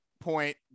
point